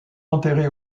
enterré